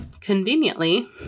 Conveniently